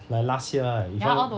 like last year ah even